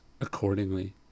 accordingly